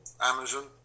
Amazon